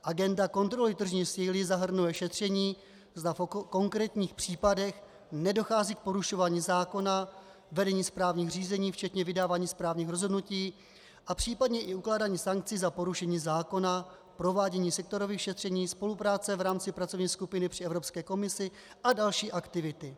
Agenda kontroly tržní síly zahrnuje šetření, zda v konkrétních případech nedochází k porušování zákona, vedení správních řízení, včetně vydávání správních rozhodnutí, a případně i ukládání sankcí za porušení zákona, provádění sektorových šetření, spolupráce v rámci pracovní skupiny při Evropské komisi a další aktivity.